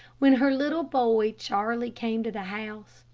when her little boy charlie came to the house,